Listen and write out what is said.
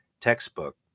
textbook